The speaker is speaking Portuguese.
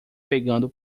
pegando